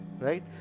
right